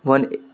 one